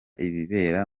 ibibera